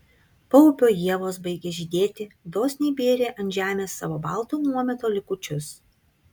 paupio ievos baigė žydėti dosniai bėrė ant žemės savo balto nuometo likučius